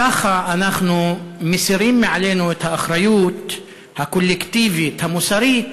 ככה אנחנו מסירים מעלינו את האחריות הקולקטיבית המוסרית,